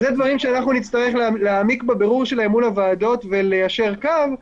אלה דברים שנצטרך להעמיק בבירור שלהם מול הוועדות וליישר קו,